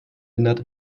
ändert